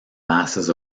masses